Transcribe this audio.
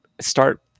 start